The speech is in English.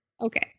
okay